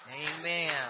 Amen